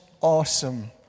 awesome